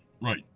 right